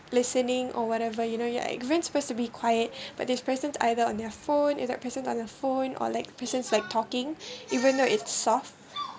listening or whatever you know you are even supposed to be quiet but these persons either on their phone is the person on the phone or like persons like talking even though it's soft